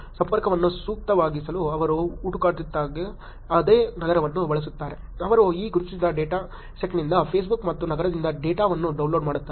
ಸಂಪರ್ಕವನ್ನು ಸೂಕ್ತವಾಗಿಸಲು ಅವರು ಹುಡುಕಾಟಕ್ಕಾಗಿ ಅದೇ ನಗರವನ್ನು ಬಳಸುತ್ತಾರೆ ಅವರು ಈ ಗುರುತಿಸದ ಡೇಟಾ ಸೆಟ್ನಿಂದ Facebook ಮತ್ತು ನಗರದಿಂದ ಡೇಟಾವನ್ನು ಡೌನ್ಲೋಡ್ ಮಾಡುತ್ತಾರೆ